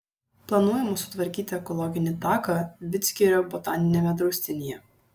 planuojama sutvarkyti ekologinį taką vidzgirio botaniniame draustinyje